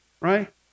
Right